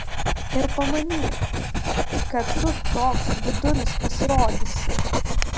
ir pamanyk kad tu toks budulis pasirodysi